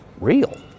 real